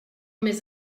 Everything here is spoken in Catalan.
més